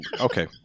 Okay